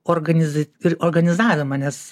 organiza ir organizavimą nes